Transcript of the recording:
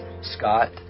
Scott